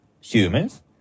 humans